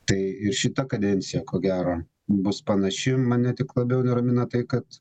tai ir šita kadencija ko gero bus panaši mane tik labiau neramina tai kad